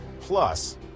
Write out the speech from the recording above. Plus